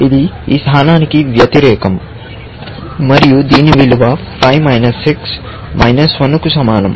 ఇది ఈ స్థానానికి వ్యతిరేకం మరియు దీని విలువ 5 6 కు సమానం